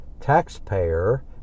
taxpayer